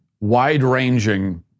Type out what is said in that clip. wide-ranging